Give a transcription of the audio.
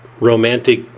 romantic